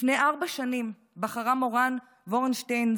לפני ארבע שנים בחרה מורן וורנשטיין,